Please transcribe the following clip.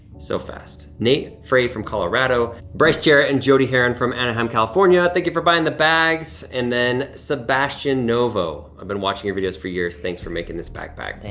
so fast. nate frey from colorado, bryce jarrett and jody heron from anaheim, california, thank you for buying the bags. and then sebastian novo, i've been watching your videos for years, thanks for making this backpack. thanks.